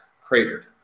cratered